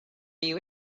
you